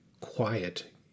quiet